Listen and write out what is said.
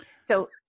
So-